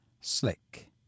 slick